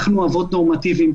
אנחנו אבות נורמטיביים,